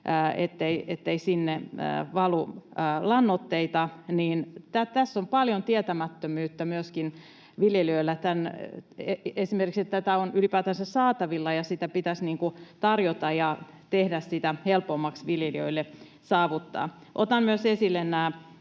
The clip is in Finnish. ettei sinne valu lannoitteita: tässä on paljon tietämättömyyttä myöskin viljelijöillä, esimerkiksi siitä, että tätä on ylipäätänsä saatavilla. Sitä pitäisi tarjota ja tehdä sitä helpommaksi viljelijöille saavuttaa. Otan myös esille nämä